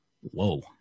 whoa